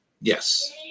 Yes